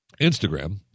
Instagram